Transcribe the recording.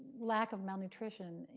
lack of malnutrition,